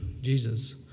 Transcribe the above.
Jesus